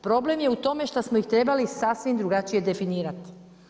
Problem je u tome šta smo ih trebali sasvim drugačije definirati.